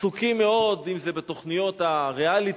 עסוקים מאוד אם זה בתוכניות הריאליטי,